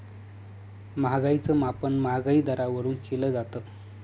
महागाईच मापन महागाई दरावरून केलं जातं